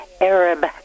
Arab